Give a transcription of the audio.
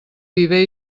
viver